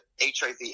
hiv